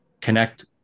connect